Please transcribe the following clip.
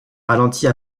ralentit